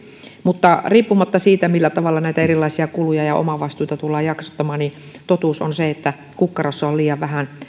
mutta riippumatta siitä millä tavalla näitä erilaisia kuluja ja omavastuita tullaan jaksottamaan niin totuus on se että kukkarossa on liian vähän